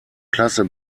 klasse